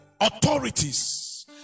authorities